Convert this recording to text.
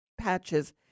patches